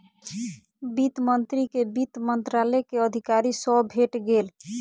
वित्त मंत्री के वित्त मंत्रालय के अधिकारी सॅ भेट भेल